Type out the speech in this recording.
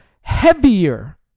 heavier